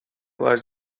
war